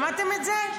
שמעתם את זה?